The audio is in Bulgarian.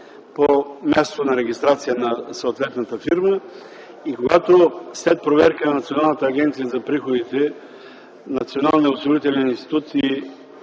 по мястото на регистрация на съответната фирма. Когато след проверка на Националната агенция за приходите, Националния осигурителен институт и